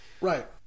Right